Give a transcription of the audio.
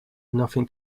nothing